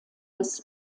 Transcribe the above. des